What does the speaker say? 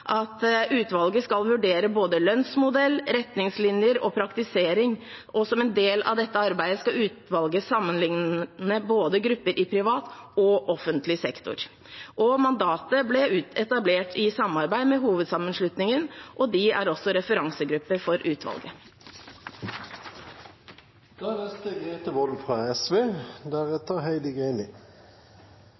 at utvalget skal vurdere både lønnsmodell, retningslinjer og praktisering, og som en del av dette arbeidet skal utvalget sammenlikne grupper i både privat og offentlig sektor. Mandatet ble også etablert i samarbeid med hovedsammenslutningen, og de er også referansegruppe for utvalget. Store økonomiske forskjeller er